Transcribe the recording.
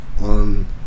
on